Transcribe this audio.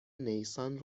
نیسان